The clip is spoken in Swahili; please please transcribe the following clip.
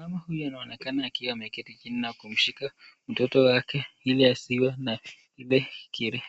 Mama huyu anaonekana akiwa ameketi chini na kumshika mtoto wake ili asiwe na